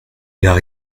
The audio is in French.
gars